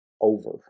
Over